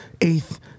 eighth